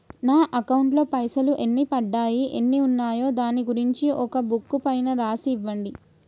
నా అకౌంట్ లో పైసలు ఎన్ని పడ్డాయి ఎన్ని ఉన్నాయో దాని గురించి ఒక బుక్కు పైన రాసి ఇవ్వండి?